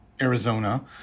Arizona